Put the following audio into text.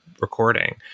recording